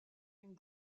une